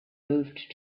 moved